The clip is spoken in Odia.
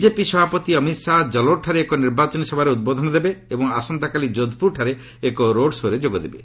ବିକେପି ସଭାପତି ଅମିତ୍ ଶାହା ଜଲୋର୍ଠାରେ ଏକ ନିର୍ବାଚନୀ ସଭାରେ ଉଦ୍ବୋଧନ ଦେବେ ଏବଂ ଆସନ୍ତାକାଲି କୋଧ୍ପୁରଠାରେ ଏକ ରୋଡ୍ ଶୋ'ରେ ଯୋଗ ଦେବେ